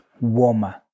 warmer